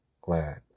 glad